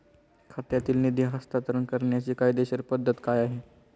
खात्यातील निधी हस्तांतर करण्याची कायदेशीर पद्धत काय आहे?